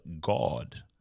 God